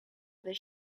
other